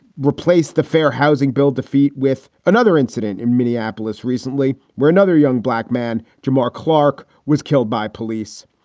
replaced the fair housing bill defeat with another incident in minneapolis recently where another young black man, jama'a clarke, was killed by police.